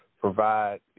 provide